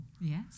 yes